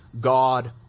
God